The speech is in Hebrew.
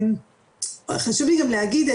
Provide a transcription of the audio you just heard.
חשוב לי גם להגיד,